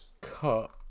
cut